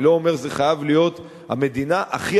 אני לא אומר שזו חייבת להיות המדינה הכי